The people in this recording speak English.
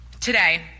Today